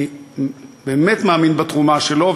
אני באמת מאמין בתרומה שלו,